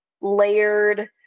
layered